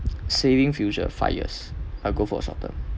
saving future five years I go for a short term